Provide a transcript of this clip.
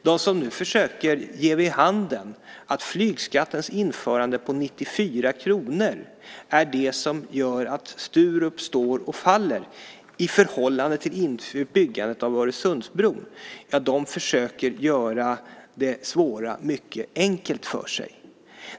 De som nu försöker ge vid handen att införandet av flygskatten på 94 kr är det som gör att Sturup står och faller i förhållande till byggandet av Öresundsbron gör det svåra mycket enkelt för sig.